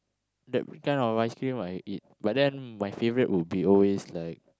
that kind of ice-cream I eat but then my favourite will be always like